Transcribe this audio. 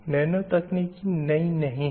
nano तकनीकी नई नहीं है